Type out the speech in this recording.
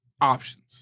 options